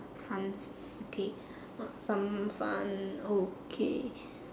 funs okay what are some fun okay